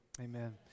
Amen